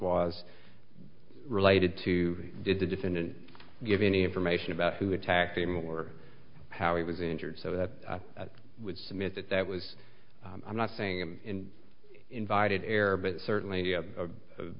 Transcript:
was related to did the defendant give any information about who attacked him were how he was injured so that i would submit that that was i'm not saying in invited air but certainly